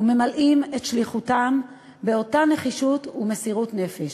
וממלאים את שליחותם באותה נחישות ומסירות נפש.